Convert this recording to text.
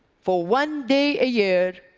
for one day a year,